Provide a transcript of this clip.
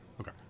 okay